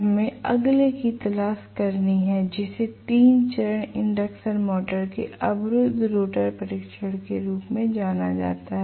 हमें अगले की तलाश करनी है जिसे 3 चरण इंडक्शन मोटर के अवरुद्ध रोटर परीक्षण के रूप में जाना जाता है